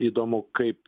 įdomu kaip